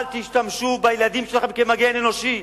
אל תשתמשו בילדים שלכם כמגן אנושי.